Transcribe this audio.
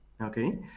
Okay